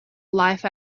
life